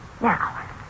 Now